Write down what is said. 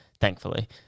thankfully